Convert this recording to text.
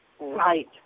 Right